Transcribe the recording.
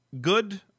good